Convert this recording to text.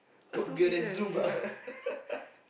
then zoom ah